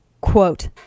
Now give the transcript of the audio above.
quote